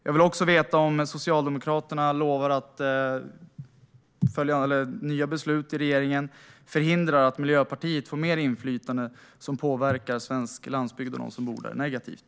Jag vill också veta om Socialdemokraterna genom nya beslut i regeringen lovar att förhindra att Miljöpartiet får mer inflytande som påverkar svensk landsbygd och dem som bor där negativt.